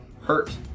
hurt